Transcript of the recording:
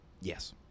Yes